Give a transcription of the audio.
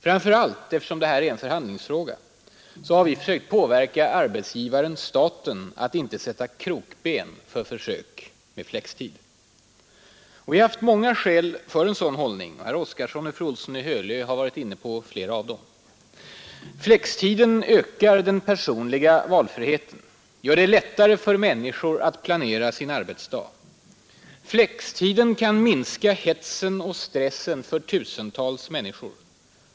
Framför allt — eftersom det här är en förhandlingsfråga — har vi försökt påverka arbetsgivaren staten att inte sätta krokben för försök med flextid. Och vi har haft många skäl för en sådan hållning; herr Oskarson och fru Olsson i Hölö har varit inne på flera av dem. Flextiden ökar den personliga valfriheten, gör det lättare för människor att planera sin arbetsdag. Flextiden kan minska hetsen och stressen för tusentals människor.